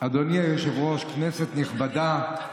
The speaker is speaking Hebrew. אדוני היושב-ראש, כנסת נכבדה,